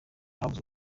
havuzwe